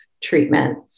treatment